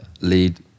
lead